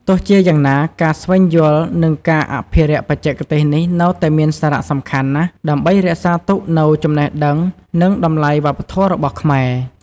ទោះជាយ៉ាងណា ការស្វែងយល់ និងការអភិរក្សបច្ចេកទេសនេះនៅតែមានសារៈសំខាន់ ណាស់ដើម្បី រក្សាទុកនូវចំណេះដឹង និងតម្លៃវប្បធម៌របស់ខ្មែរ។